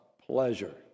pleasure